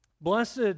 Blessed